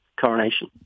coronation